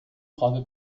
frage